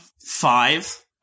five